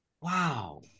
Wow